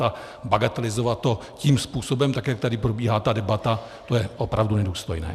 A bagatelizovat to tím způsobem, jak tady probíhá ta debata, to je opravdu nedůstojné.